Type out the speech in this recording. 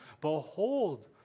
behold